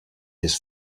his